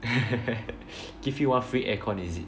give you one free aircon is it